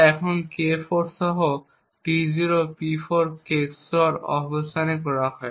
তাই এইগুলি K4 সহ T0 P4 XOR অবস্থানে করা হয়